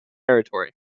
territory